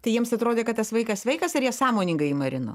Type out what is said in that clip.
tai jiems atrodė kad tas vaikas sveikas ar jie sąmoningai jį marino